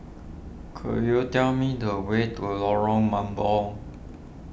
could you tell me the way to Lorong Mambong